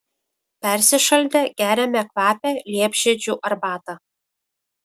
persišaldę geriame kvapią liepžiedžių arbatą